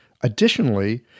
Additionally